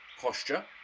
posture